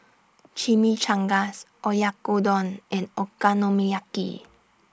Chimichangas Oyakodon and Okonomiyaki